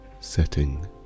setting